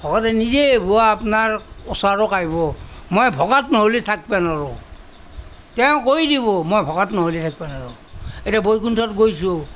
ভকতে নিজে আহিব আপোনাৰ ওচৰত আহিব মই ভকত নহ'লে থাকিব নোৱাৰোঁ তেওঁ কৰি দিব মই ভকত নহ'লে থাকিব নোৱাৰোঁ এতিয়া বৈকুণ্ঠত গৈছোঁ